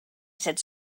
said